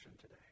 today